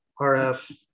RF